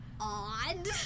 odd